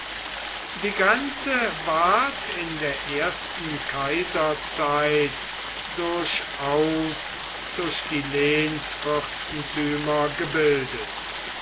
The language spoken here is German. die grenze ward in der ersten kaiserzeit durchaus durch die lehnsfürstentümer gebildet